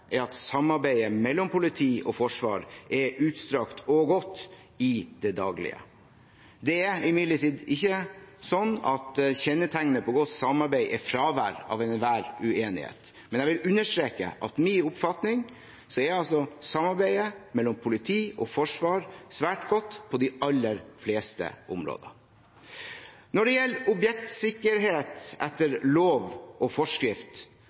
at samarbeidet mellom politi og forsvar er utstrakt og godt i det daglige. Det er imidlertid ikke sånn at kjennetegnet på godt samarbeid er fravær av enhver uenighet, men jeg vil understreke at min oppfatning er at samarbeidet mellom politi og forsvar er svært godt på de aller fleste områder. Når det gjelder objektsikkerhet etter lov og forskrift,